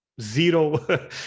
zero